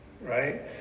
right